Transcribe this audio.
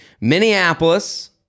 Minneapolis